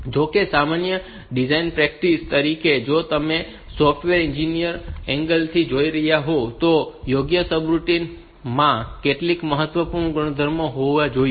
જો કે સામાન્ય ડિઝાઇન પ્રેક્ટિસ તરીકે જો તમે તેને સોફ્ટવેર એન્જિનિયરિંગ એંગલથી જોઈ રહ્યા હોવ તો યોગ્ય સબરૂટીન માં કેટલાક મહત્વપૂર્ણ ગુણધર્મો હોવા જોઈએ